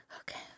Okay